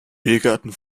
biergarten